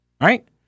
right